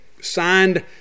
signed